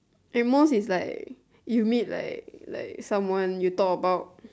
at most is like you meet like like someone you talk about